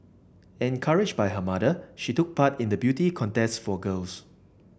encouraged by her mother she took part in the beauty contests for girls